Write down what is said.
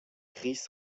chris